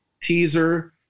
teaser